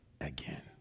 again